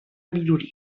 minoria